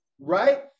right